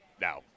Now